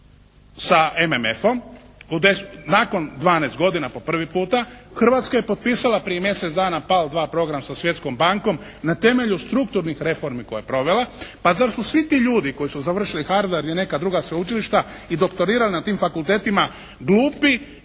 sa MMF-om, nakon 12 godina po prvi puta. Hrvatska je potpisala prije mjesec dana PAL2 program sa Svjetskom bankom na temelju strukturnih reformi koje je provela. Pa zar su svi ti ljudi koji su završili Hardver i neka druga sveučilišta i doktorirali na tim fakultetima glupi,